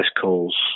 calls